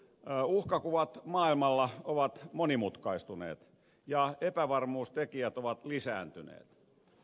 uhkakuvat maailmalla ovat monimutkaistuneet ja epävarmuustekijät ovat lisääntyneet